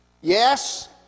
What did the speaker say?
Yes